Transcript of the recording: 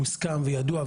מוסכם וידוע,